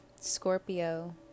Scorpio